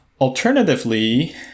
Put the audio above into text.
alternatively